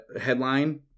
headline